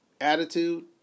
attitude